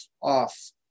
off